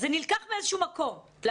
זה נלקח מאיזשהו מקום.